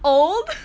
old